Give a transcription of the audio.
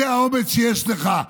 זה האומץ שיש לך.